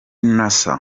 nasser